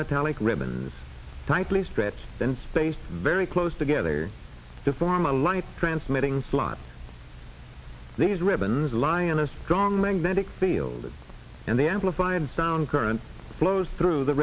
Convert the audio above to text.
metallic ribbons tightly stretched and spaced very close together to form a line transmitting slot these ribbons lying in a strong magnetic field and the amplified sound current flows through the